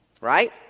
Right